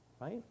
right